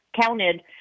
counted